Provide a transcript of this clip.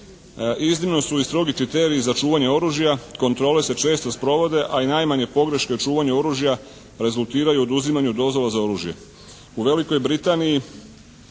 Iznimno su i strogi kriteriji za čuvanje oružja. Kontrole se često sprovode a i najmanje pogreške o čuvanju oružja rezultiraju oduzimanjem dozvola za oružje.